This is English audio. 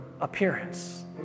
appearance